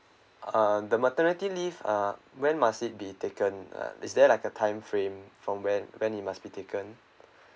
uh the maternity leave uh when must it be taken uh is there like a time frame from when when it must be taken